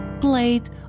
played